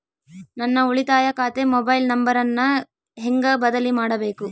ನನ್ನ ಉಳಿತಾಯ ಖಾತೆ ಮೊಬೈಲ್ ನಂಬರನ್ನು ಹೆಂಗ ಬದಲಿ ಮಾಡಬೇಕು?